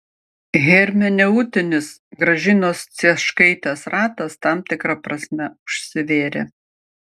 hermeneutinis gražinos cieškaitės ratas tam tikra prasme užsivėrė